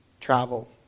travel